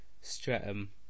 Streatham